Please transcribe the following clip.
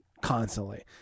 constantly